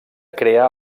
crear